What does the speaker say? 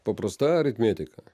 paprasta aritmetika